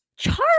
Charles